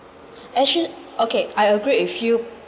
actually okay I agree with you